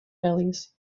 alleys